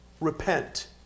Repent